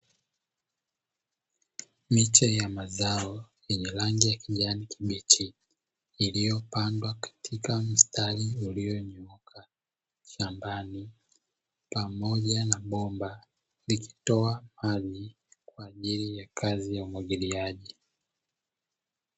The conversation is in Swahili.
Miche ya mazao yenye rangi ya kijani kibichi, iliyopandwa katika mistari iliyonyooka shambani, pamoja na bomba likitoa maji kwa ajili ya kazi umwagiliaji.